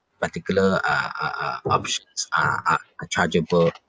particular uh uh uh options are are are chargeable